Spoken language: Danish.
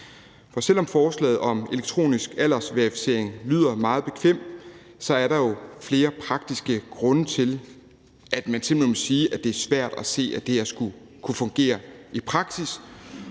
For selv om forslaget om elektronisk aldersverificering lyder meget bekvemt, er der jo flere praktiske grunde til, at man simpelt hen må sige, at det er svært at se, at det her skulle kunne fungere i praksis